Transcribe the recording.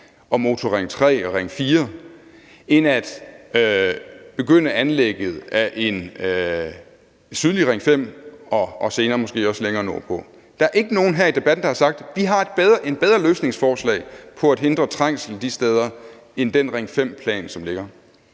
Motorring 3 og Ring 4 end at begynde anlægget af en sydlig Ring 5 og senere måske også længere nordpå. Der er ikke nogen, der her i debatten har sagt, at de har et bedre løsningsforslag til at hindre trængslen de steder end den Ring 5-plan, som ligger.